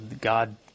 God